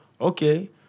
okay